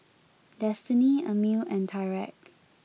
Destiney Amil and Tyrek